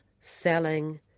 selling